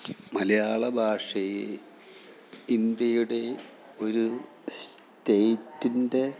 മലയാളഭാഷയിൽ ഇന്ത്യയുടെ ഒരു സ്റ്റേറ്റിൻ്റെ